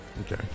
Okay